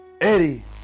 Eddie